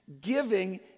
giving